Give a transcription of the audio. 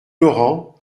laurent